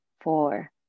four